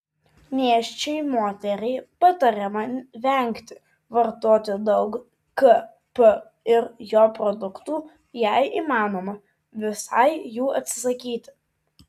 nėščiai moteriai patariama vengti vartoti daug kp ir jo produktų jei įmanoma visai jų atsisakyti